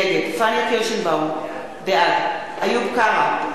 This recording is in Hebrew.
נגד פניה קירשנבאום, בעד איוב קרא,